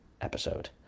episode